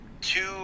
two